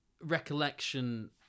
recollection